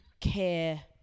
care